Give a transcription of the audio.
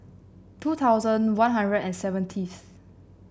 two thousand One Hundred and seventieth